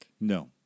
No